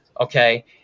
okay